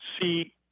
see